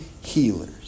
healers